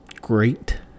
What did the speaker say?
great